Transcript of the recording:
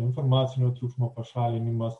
informacinio triukšmo pašalinimas